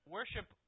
Worship